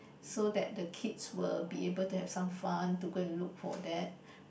so that the kids will be able to have some fun to go and look for that